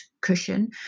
cushion